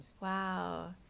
wow